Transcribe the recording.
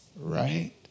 Right